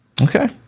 Okay